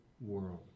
world